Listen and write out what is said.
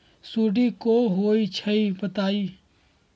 सुडी क होई छई बताई?